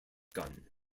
gun